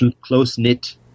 close-knit